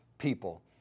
people